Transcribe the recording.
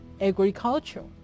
agriculture